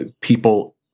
people